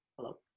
Hello